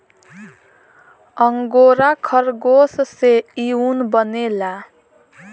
angora खरगोश से इ ऊन बनेला